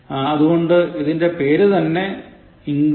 അതുകൊണ്ട് ഇതിൻറെ പേരുതന്നെ englishpractice